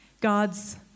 God's